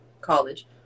college